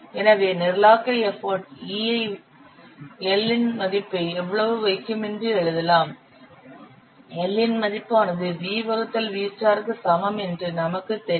எனவே நிரலாக்க effort E ஐ L இன் மதிப்பை எவ்வளவு வைக்கும் என்று எழுதலாம் L இன் மதிப்பு ஆனது V வகுத்தல் V க்கு சமம் என்று நமக்கு தெரியும்